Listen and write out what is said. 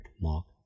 Mark